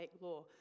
Law